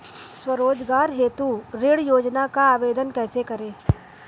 स्वरोजगार हेतु ऋण योजना का आवेदन कैसे करें?